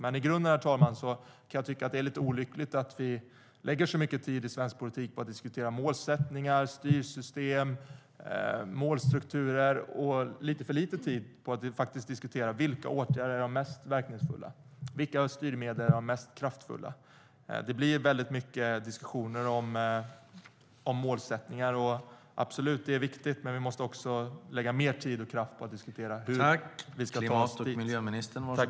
I grunden, herr talman, kan jag tycka att det är lite olyckligt att vi i svensk politik lägger så mycket tid på att diskutera målsättningar, styrsystem och målstrukturer och lite för lite tid på att diskutera vilka åtgärder som faktiskt är de mest verkningsfulla och vilka styrmedel som är de mest kraftfulla. Det blir mycket diskussioner om målsättningar, och det är viktigt, absolut, men vi måste lägga mer tid och kraft på att diskutera hur vi ska ta oss dit.